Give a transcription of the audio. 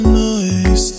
noise